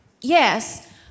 yes